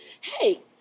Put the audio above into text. Hey